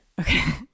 Okay